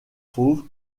fauves